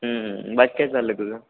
बाकी काय चालू आहे तुझं